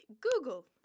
Google